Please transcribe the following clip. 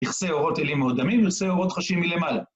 נכסה אורות אלים ואודמים, נכסה אורות חשים מלמעלה.